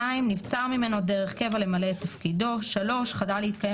2)נבצר ממנו דרך קבע למלא את תפקידו; (3)חדל להתקיים